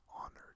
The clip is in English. honored